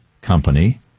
company